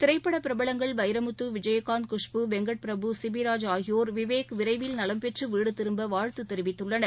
திரைப்பட பிரபலங்கள் வைரமுத்து விஜயகாந்த் குஷ்பூ வெங்கட்பிரபு சிபிராஜ் ஆகியோர் திரு விவேக் விரைவில் நலம்பெற்று வீடுதிரும்ப வாழ்த்து தெரிவித்துள்ளனர்